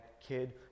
kid